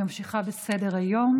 אני ממשיכה בסדר-היום.